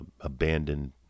abandoned